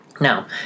now